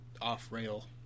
off-rail